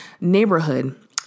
neighborhood